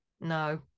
No